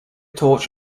torch